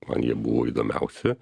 man jie buvo įdomiausi